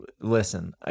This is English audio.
listen